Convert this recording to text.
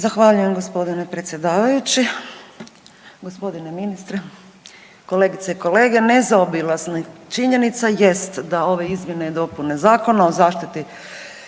Zahvaljujem g. predsjedavajući, g. ministre, kolegice i kolege. Nezaobilazna činjenica jest da ove izmjene i dopune Zakona o zaštiti